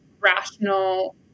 rational